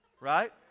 Right